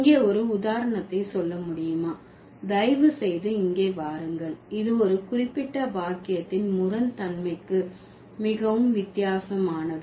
இங்கே ஒரு உதாரணத்தை சொல்ல முடியுமா தயவு செய்து இங்கே வாருங்கள் இது ஒரு குறிப்பிட்ட வாக்கியத்தின் முரண் தன்மைக்கு மிகவும் வித்தியாசமானது